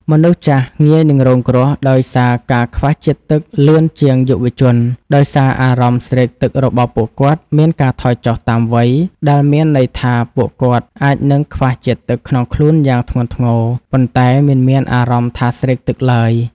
មនុស្សចាស់ងាយនឹងរងគ្រោះដោយសារការខ្វះជាតិទឹកលឿនជាងយុវជន ដោយសារអារម្មណ៍ស្រេកទឹករបស់ពួកគាត់មានការថយចុះតាមវ័យ ដែលមានន័យថាពួកគាត់អាចនឹងខ្វះជាតិទឹកក្នុងខ្លួនយ៉ាងធ្ងន់ធ្ងរ ប៉ុន្តែមិនមានអារម្មណ៍ថាស្រេកទឹកឡើយ។